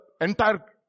entire